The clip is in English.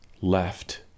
left